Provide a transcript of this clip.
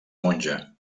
monja